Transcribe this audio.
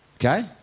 Okay